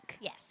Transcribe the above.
Yes